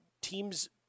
teams